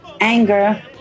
anger